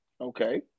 Okay